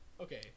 okay